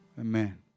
Amen